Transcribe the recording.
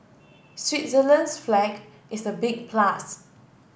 Switzerland's flag is a big plus